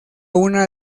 una